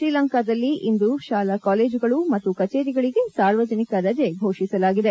ಶ್ರೀಲಂಕಾದಲ್ಲಿ ಇಂದು ಶಾಲಾ ಕಾಲೇಜುಗಳು ಮತ್ತು ಕಚೇರಿಗಳಿಗೆ ಸಾರ್ವಜನಿಕ ರಜೆ ಘೋಷಿಸಲಾಗಿದೆ